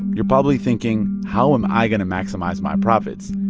you're probably thinking, how am i going to maximize my profits?